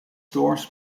stores